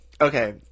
okay